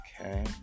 Okay